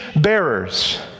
bearers